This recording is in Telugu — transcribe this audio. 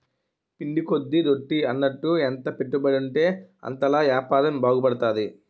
పిండి కొద్ది రొట్టి అన్నట్టు ఎంత పెట్టుబడుంటే అంతలా యాపారం బాగుపడతది